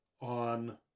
on